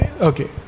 Okay